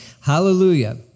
Hallelujah